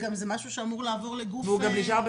וגם זה משהו שאמור לעבור לגוף סטטוטורי,